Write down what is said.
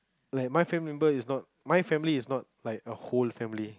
like my family member is not my family is not like a whole family